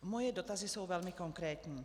Moje dotazy jsou velmi konkrétní.